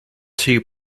two